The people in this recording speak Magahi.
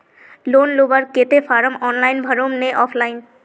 लोन लुबार केते फारम ऑनलाइन भरुम ने ऑफलाइन?